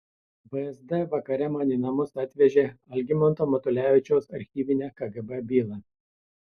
vsd vakare man į namus atvežė algimanto matulevičiaus archyvinę kgb bylą